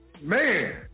Man